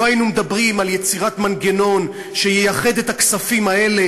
לא היינו מדברים על יצירת מנגנון שייחד את הכספים האלה